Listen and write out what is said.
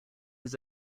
his